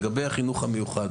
לגבי החינוך המיוחד